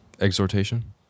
Exhortation